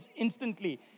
instantly